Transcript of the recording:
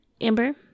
Amber